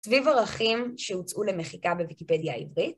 סביב ערכים שהוצאו למחיקה בוויקיפדיה העברית.